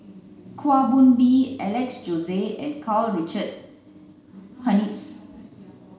Kwa Soon Bee Alex Josey and Karl Richard Hanitsch